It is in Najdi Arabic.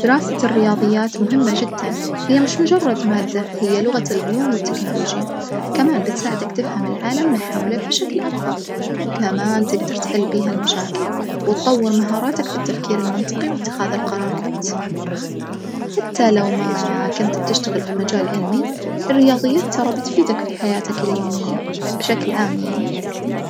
دراسة الرياظيات مهمة جدًا هي مش مجرد مادة هي لغة العلوم والتكنولوجيا، كمان بتساعدك تفهم العالم من حولك بشكل أفظل، وكمان تجدر تحل بيها المشاكل وتطور مهاراتك في التفكير المنطقي وإتخاذ القرارات، حتى لو ما كنت بتشتغل في مجال علمي، الرياظيات ترا بتفيدك في حياتك اليومية بشكل عام يعني.